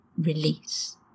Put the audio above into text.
release